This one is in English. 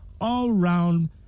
all-round